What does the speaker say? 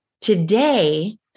Today